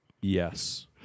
Yes